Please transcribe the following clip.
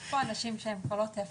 יש פה אנשים שהם כבר לא טפלון.